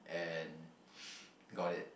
and got it